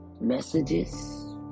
messages